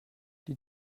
die